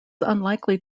unlikely